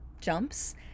jumps